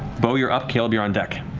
beau, you're up. caleb, you're on deck.